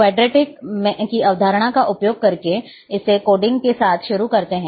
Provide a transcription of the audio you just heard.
quadratic की अवधारणा का उपयोग करके इसे कोडिंग के साथ शुरू करते हैं